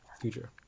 future